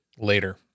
later